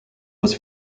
was